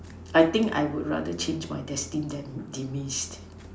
I think I would rather change my destined damn demise